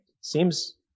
Seems